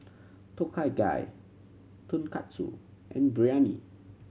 Tom Kha Gai Tonkatsu and Biryani